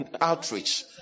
outreach